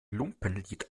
lumpenlied